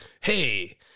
hey